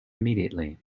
immediately